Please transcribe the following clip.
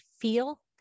feel